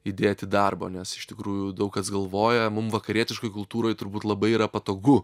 įdėti darbo nes iš tikrųjų daug kas galvoja mum vakarietiškoj kultūroj turbūt labai yra patogu